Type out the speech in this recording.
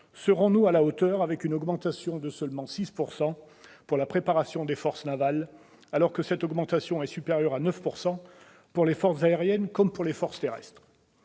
Serons-nous à la hauteur avec une augmentation de seulement 6 % pour la préparation des forces navales, alors que cette augmentation est supérieure à 9 % pour les forces aériennes, comme pour les forces terrestres ?